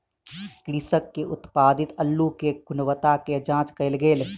कृषक के उत्पादित अल्लु के गुणवत्ता के जांच कएल गेल